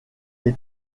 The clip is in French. est